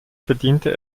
bediente